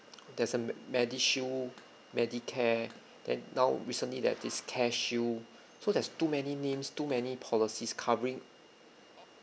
there's a med medishield medicare then now recently they've this careshield so there's too many names too many policies covering